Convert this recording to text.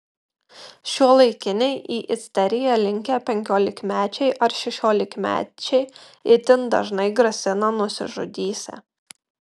šiuolaikiniai į isteriją linkę penkiolikmečiai ar šešiolikmečiai itin dažnai grasina nusižudysią